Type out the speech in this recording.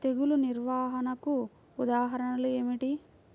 తెగులు నిర్వహణకు ఉదాహరణలు ఏమిటి?